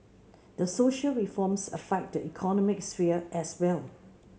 the social reforms affect the economic sphere as well